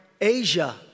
Asia